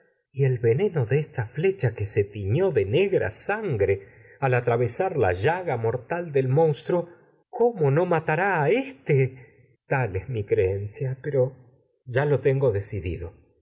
las bestias veneno de esta flecha que se tifió mons negra sangre no al atravesar la llaga mortal del a truo cómo ya matará éste tal es mi creencia pero lo tengo decidido